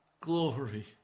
glory